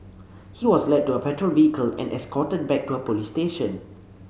he was led to a patrol vehicle and escorted back to a police station